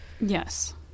Yes